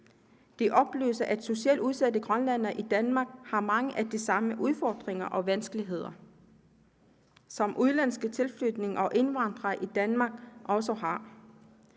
De oplyser, at særligt udsatte grønlændere har mange af de samme udfordringer og vanskeligheder, som udenlandske tilflyttere og indvandrere i Danmark også har.